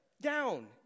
down